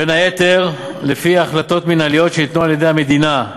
בין היתר לפי החלטות מינהליות שניתנו על-ידי המדינה.